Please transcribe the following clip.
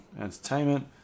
entertainment